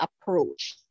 approach